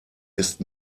ist